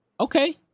okay